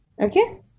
Okay